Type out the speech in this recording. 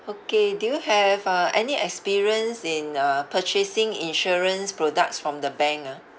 okay do you have uh any experience in uh purchasing insurance products from the bank ah